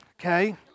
Okay